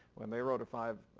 and they wrote a five